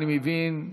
אני מבין,